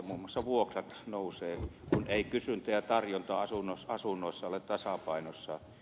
muun muassa vuokrat nousevat kun ei kysyntä ja tarjonta asunnoissa ole tasapainossa